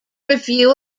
review